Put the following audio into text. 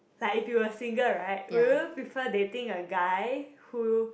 like if you were single right will you prefer dating a guy who